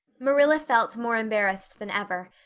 marilla felt more embarrassed than ever.